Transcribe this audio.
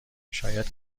شاید